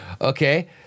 Okay